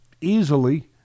easily